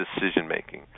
decision-making